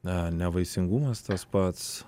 na nevaisingumas tas pats